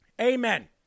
Amen